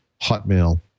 Hotmail